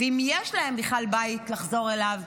ואם יש להם בכלל בית לחזור אליו,